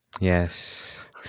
Yes